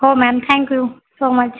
हो ma'am thank you so much